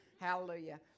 Hallelujah